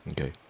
okay